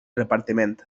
repartiment